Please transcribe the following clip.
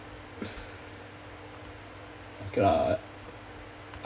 okay lah